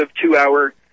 two-hour